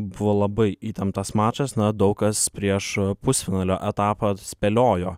buvo labai įtemptas mačas na daug kas prieš pusfinalio etapą spėliojo